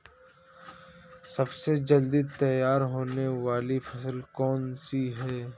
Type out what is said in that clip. सबसे जल्दी तैयार होने वाली फसल कौन सी है?